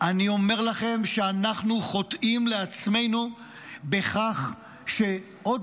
אני אומר לכם שאנחנו חוטאים לעצמנו בכך שעוד